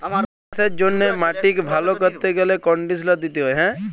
চাষের জ্যনহে মাটিক ভাল ক্যরতে গ্যালে কনডিসলার দিতে হয়